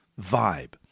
vibe